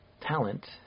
talent